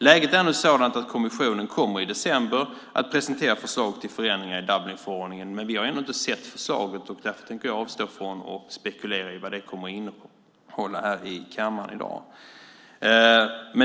Läget är nu sådant att kommissionen i december kommer att föreslå förändringar i Dublinförordningen. Men vi har ännu inte sett förslaget. Därför kommer jag här i kammaren i dag att avstå från att spekulera vad det kommer att innehålla.